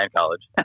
college